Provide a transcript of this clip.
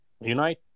unite